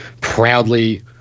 proudly –